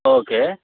okay